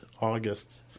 August